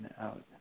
out